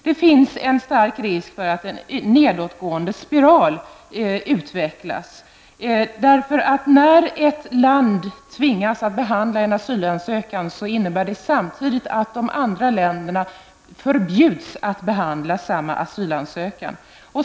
Det finns en stor risk för en nedåtgående spiral i utvecklingen. När ett land tvingas att behandla en asylansökan innebär det samtidigt att de andra länderna förbjuds att behandla samma asylansökan.